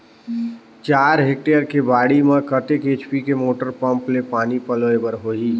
चार हेक्टेयर के बाड़ी म कतेक एच.पी के मोटर पम्म ले पानी पलोय बर होही?